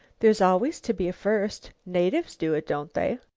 there's always to be a first. natives do it, don't they?